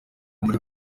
muri